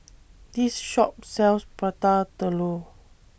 This Shop sells Prata Telur